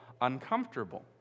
uncomfortable